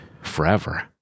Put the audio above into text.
forever